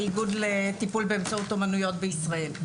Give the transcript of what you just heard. האיגוד לטיפול באמצעות אומנויות בישראל.